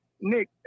Nick